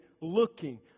looking